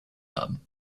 haben